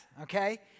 okay